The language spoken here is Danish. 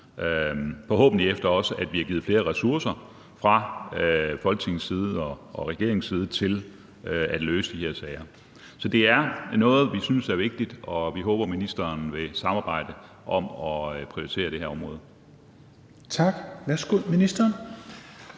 forhåbentlig også efter at vi har givet flere ressourcer fra Folketingets og regeringens side til at løse de her sager. Så det er noget, vi synes er vigtigt, og vi håber, ministeren vil samarbejde om at prioritere det her område. Kl. 13:13 Fjerde